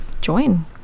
join